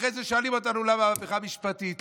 אחרי זה שואלים אותנו למה הפיכה משפטית.